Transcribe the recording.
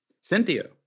Cynthia